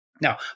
Now